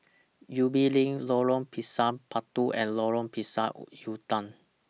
Ubi LINK Lorong Pisang Batu and Lorong Pisang Udang